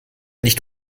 nicht